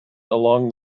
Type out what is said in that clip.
along